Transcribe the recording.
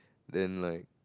then like